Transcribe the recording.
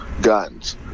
guns